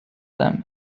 them